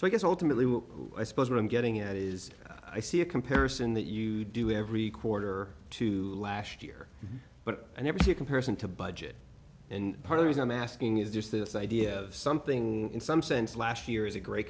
so i guess ultimately what i suppose what i'm getting at is i see a comparison that you do every quarter to last year but i never see a comparison to budget and part of these i'm asking is just this idea of something in some sense last year